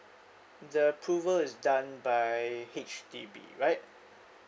the approval is done by H_D_B right